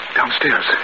Downstairs